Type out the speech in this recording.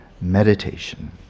meditation